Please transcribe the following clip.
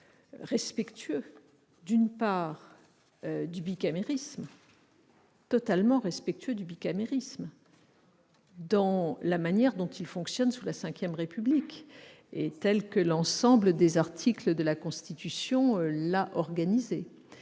souligner que le Gouvernement est extrêmement respectueux du bicamérisme, dans la manière dont il fonctionne sous la V République et tel que l'ensemble des articles de la Constitution l'a organisé-